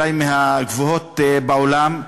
אולי מהגבוהות בעולם,